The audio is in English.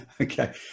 Okay